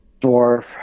dwarf